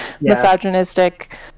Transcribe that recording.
misogynistic